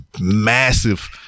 massive